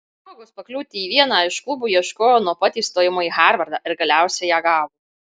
progos pakliūti į vieną iš klubų ieškojo nuo pat įstojimo į harvardą ir galiausiai ją gavo